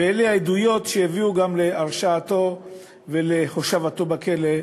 ואלה העדויות שהביאו גם להרשעתו ולהושבתו בכלא,